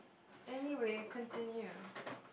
anyway continue